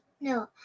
No